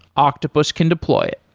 octopus can deploy it.